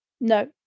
No